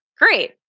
great